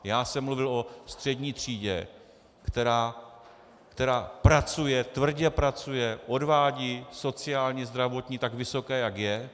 Já jsem mluvil o střední třídě, která pracuje, tvrdě pracuje, odvádí sociální, zdravotní tak vysoké, jak je.